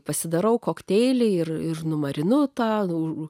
pasidarau kokteilį ir numarinu totalų